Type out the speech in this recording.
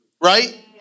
right